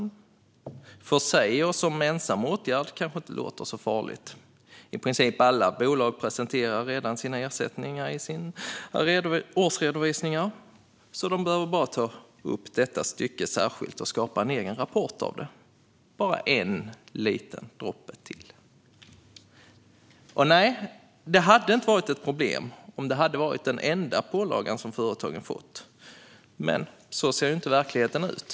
För sig och som ensam åtgärd kanske det inte låter så farligt. I princip alla bolag presenterar redan sina ersättningar i sina årsredovisningar, så de behöver bara ta upp detta stycke särskilt och skapa en egen rapport av det - bara en liten droppe till. Nej, detta hade inte varit ett problem om det hade varit den enda pålagan som företagen fått, men så ser ju inte verkligheten ut.